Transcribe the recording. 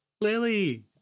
Lily